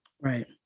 Right